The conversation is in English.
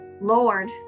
Lord